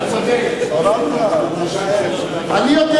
אתה צודק, דרישת הממשלה, אני יודע